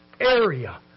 area